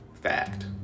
fact